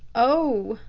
oh,